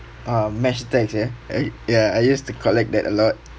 uh mesh tags ya ya I used to collect that a lot